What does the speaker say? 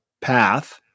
path